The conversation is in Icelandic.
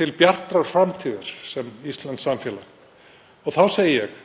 til bjartrar framtíðar sem íslenskt samfélag. Þá segi ég: